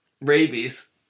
Rabies